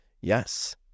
yes